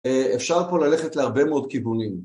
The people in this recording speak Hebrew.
אפשר פה ללכת להרבה מאוד כיוונים.